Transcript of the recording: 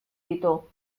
ditu